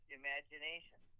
imagination